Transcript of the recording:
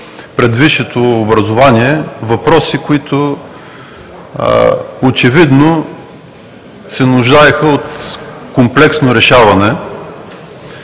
пред висшето образование въпроси, които очевидно се нуждаеха от комплексно решаване.